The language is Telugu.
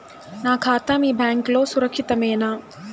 నా ఖాతా మీ బ్యాంక్లో సురక్షితమేనా?